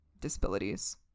disabilities